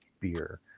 beer